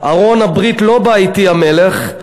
ארון הברית לא בא אתי, המלך,